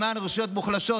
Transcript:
למען רשויות מוחלשות,